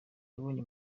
yabonye